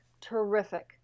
terrific